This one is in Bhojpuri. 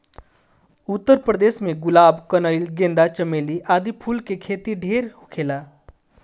उत्तर प्रदेश में गुलाब, कनइल, गेंदा, चमेली आदि फूल के खेती ढेर होखेला